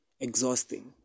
exhausting